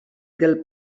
del